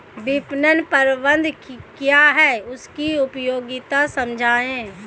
विपणन प्रबंधन क्या है इसकी उपयोगिता समझाइए?